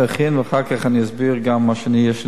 ואחר כך אני אסביר גם מה שיש לי להוסיף,